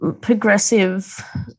progressive